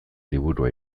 liburua